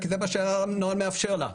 זה מה שהנוהל מאפשר לה.